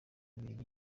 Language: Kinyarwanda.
bubiligi